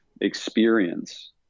experience